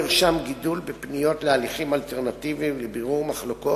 לפי המדד הרב-שנתי לביצועי המגזר